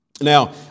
Now